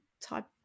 type